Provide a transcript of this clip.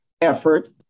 effort